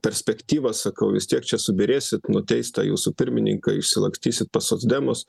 perspektyvą sakau vis tiek čia subyrėsit nuteis tą jūsų pirmininką išsilakstysit pas socdemus